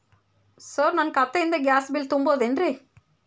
Sir ನನ್ನ ಖಾತೆಯಿಂದ gas bill ತುಂಬಹುದೇನ್ರಿ?